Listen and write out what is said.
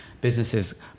businesses